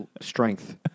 strength